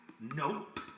Nope